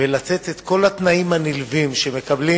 ולתת את כל התנאים הנלווים שמקבלים